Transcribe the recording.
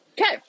okay